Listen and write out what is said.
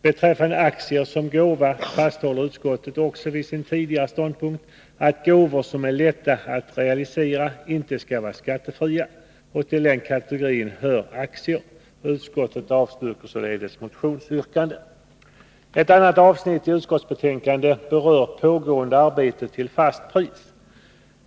Beträffande aktier som gåva fasthåller utskottet också vid sin tidigare ståndpunkt att gåvor som är lätta att realisera inte skall vara skattefria. Till den kategorin hör aktier. Utskottet avstyrker således motionsyrkandet. Ett annat avsnitt i utskottets betänkande berör pågående arbeten till fast pris.